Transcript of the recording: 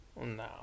No